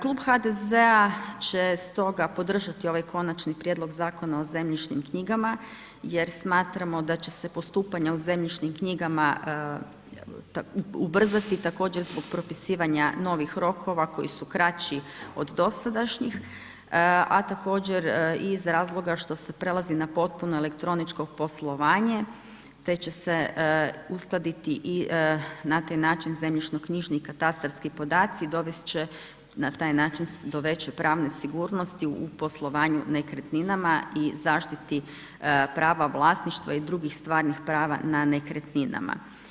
Klub HDZ-a će stoga podržati ovaj Konačni prijedlog Zakona o zemljišnim knjigama jer smatramo da će se postupanja u zemljišnim knjigama ubrzati, također zbog propisivanja novih rokova koji su kraći od dosadašnjih, a također iz razloga što se prelazi na potpuno elektroničko poslovanje te će se uskladiti i na taj način zemljišnoknjižni katastarski podaci, dovest će na taj način do veće pravne sigurnosti u poslovanju nekretninama i zaštiti prava vlasništva i drugih stvarnih prava na nekretninama.